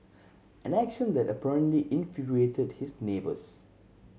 an action that apparently infuriated his neighbours